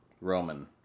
Roman